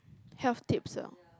health tips ah